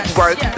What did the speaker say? work